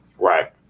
Right